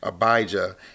Abijah